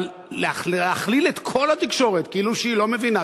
אבל להכליל את כל התקשורת כאילו שהיא לא מבינה,